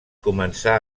començà